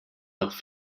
nach